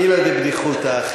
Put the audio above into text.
מילתא דבדיחותא.